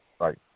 Right